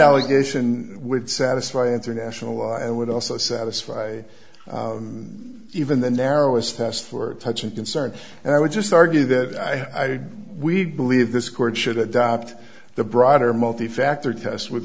allegation would satisfy international i would also satisfy even the narrowest test for touching concern and i would just argue that i we believe this court should adopt the broader multi factor test with